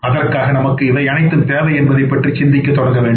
அதற்காக நமக்கு இவை அனைத்தும் தேவை என்பதைப் பற்றி சிந்திக்கத் தொடங்க வேண்டும்